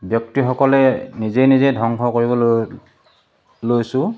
ব্যক্তিসকলে নিজে নিজে ধ্বংস কৰিবলৈ লৈছোঁ